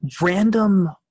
Random